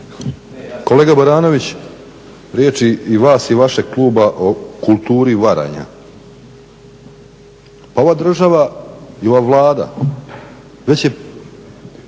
Kolega Baranović, riječi i vas i vašeg kluba o kulturi varanja. Ova država i ova Vlada,